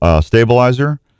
stabilizer